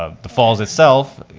ah the falls itself,